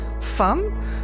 Fun